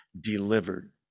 delivered